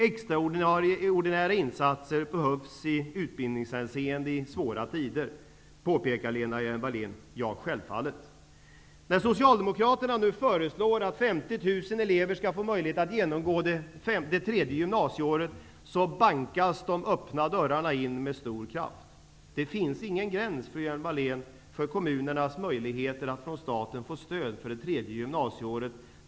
Extraordinära insatser behövs i utbildningshänseende i svåra tider, påpekade Lena Hjelm-Wallén. Ja, självfallet. När Socialdemokraterna nu föreslår att 50 000 elever skall få möjlighet att genomgå det tredje gymnasieåret, så bankas de öppna dörrarna in med stor kraft. Det finns inga gränser för kommunernas möjligheter att från staten få stöd för genomförandet av det tredje gymnasieåret.